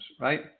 right